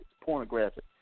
pornographic